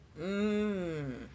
Mmm